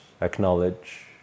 acknowledge